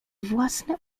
własne